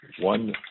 One